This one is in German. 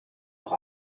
doch